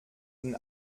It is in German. den